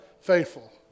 faithful